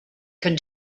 can